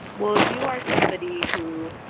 well, you are somebody who?